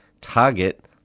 target